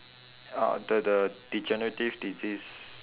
uh the the degenerative disease